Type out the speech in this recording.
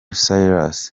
cyrus